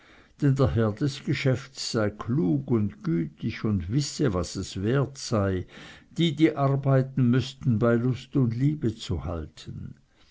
der herr des geschäfts sei klug und gütig und wisse was es wert sei die die arbeiten müßten bei lust und liebe zu halten